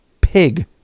pig